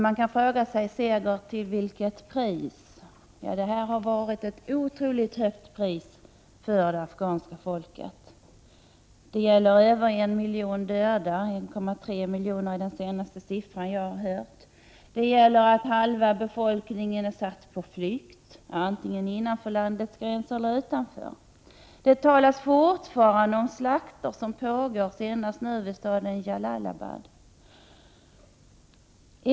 Man kan fråga sig: Seger till vilket pris? Ja, det har varit ett otroligt högt pris för det afghanska folket. Det gäller över 1 miljon döda — 1,3 miljoner är det antal jag hörde senast. Halva befolkningen är stadd på flykt, antingen innanför landets gränser eller utanför. Det talas fortfarande om slakter som pågår, senast vid staden Jalalabad.